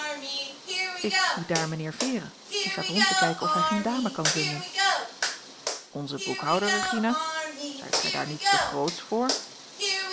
ik zie daar mijnheer vere die staat rond te kijken of hij geene dame kan vinden onze boekhouder regina zijt gij daar niet te grootsch voor